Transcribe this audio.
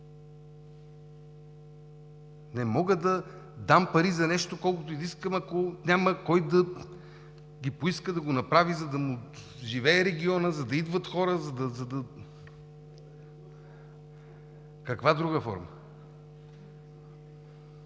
Не мога да дам пари за нещо, колкото ѝ да искам, ако няма кой да ги поиска, да го направи, за да му живее регионът, за да идват хора, за да… ЛЮБОМИР БОНЕВ